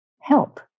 help